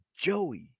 joey